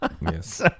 Yes